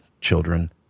children